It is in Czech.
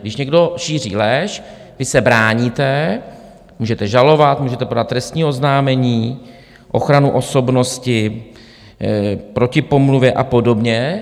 Když někdo šíří lež, vy se bráníte, můžete žalovat, můžete podat trestní oznámení, ochranu osobnosti proti pomluvě a podobně.